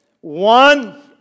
one